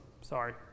Sorry